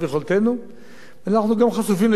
אנחנו גם חשופים לביקורת, וגם זה לגיטימי.